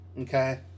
okay